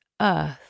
Earth